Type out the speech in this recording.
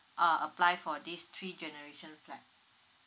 uh apply for this three generation flat